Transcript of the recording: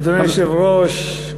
אדוני היושב-ראש,